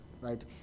right